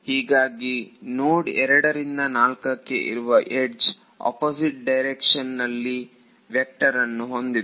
ಹೀಗಾಗಿ ನೋಡ್ ಎರಡರಿಂದ ನಾಲ್ಕಕ್ಕೆ ಇರುವ ಯಡ್ಜ್ ಅಪೋಸಿಟ್ ಡೈರೆಕ್ಷನ್ ಅಲ್ಲಿ ವ್ಯಕ್ಟರ್ ಅನ್ನು ಹೊಂದಿದೆ